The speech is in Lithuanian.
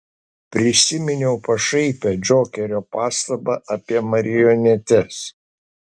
prisiminiau pašaipią džokerio pastabą apie marionetes